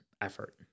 effort